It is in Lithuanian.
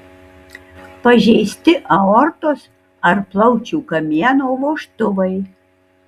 pažeisti aortos ar plaučių kamieno vožtuvai